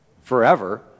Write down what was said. forever